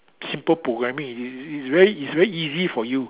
simple programming is is very is very easy for you